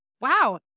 Wow